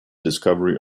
discovery